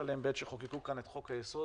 עליהם בעת שחוקקו כאן את חוק היסוד,